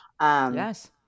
Yes